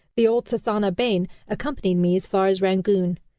the old thathana bain accompanied me as far as rangoon.